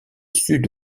sud